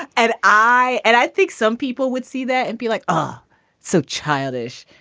and i and i think some people would see that and be like are so childish.